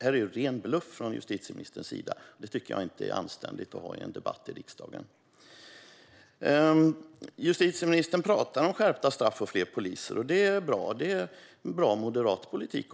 Det är ren bluff från justitieministerns sida och inte anständigt i en debatt i riksdagen. Justitieministern talar om skärpta straff och fler poliser, och det är bra. Det är också bra moderat politik.